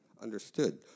understood